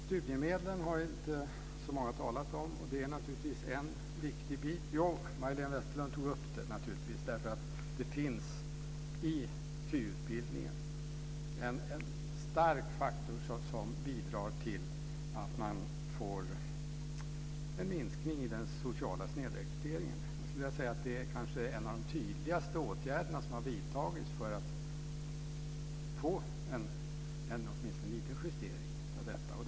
Studiemedlen har inte så många talat om. Det är naturligtvis en viktig bit. Majléne Westerlund Panke tog upp den därför att det finns i KY en stark faktor som bidrar till att man får en minskning i den sociala snedrekryteringen. Det är kanske en av de tydligaste åtgärder som har vidtagits för att få åtminstone en liten justering av detta.